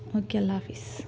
okay اللہ حافظ